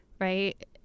Right